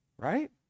right